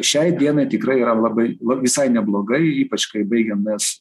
šiai dienai tikrai yra labai visai neblogai ypač kai baigėm mes